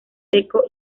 seco